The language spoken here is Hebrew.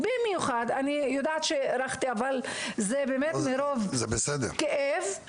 אני יודעת שהארכתי, אבל זה מתוך כאב.